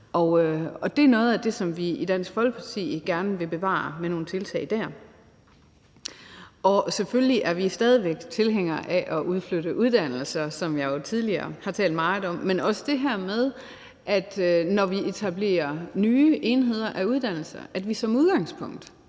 det er noget af det, som vi i Dansk Folkeparti gerne vil bevare ved hjælp af nogle tiltag der. Selvfølgelig er vi stadig væk tilhængere af at udflytte uddannelser, som jeg jo tidligere har talt meget om, men også det her med, at vi, når vi etablerer nye enheder af uddannelser, som udgangspunkt